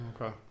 Okay